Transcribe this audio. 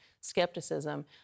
skepticism